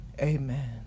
amen